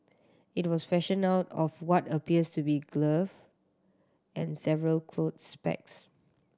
it was fashioned out of what appears to be glove and several clothes pegs